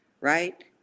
right